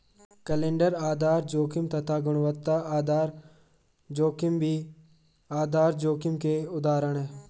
calendar आधार जोखिम तथा गुणवत्ता आधार जोखिम भी आधार जोखिम के उदाहरण है